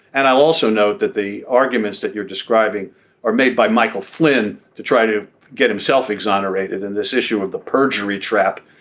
and i'll also note that the arguments that you're describing are made by michael flynn to try to get himself exonerated in this issue of the perjury trap.